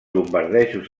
bombardejos